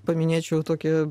paminėčiau tokį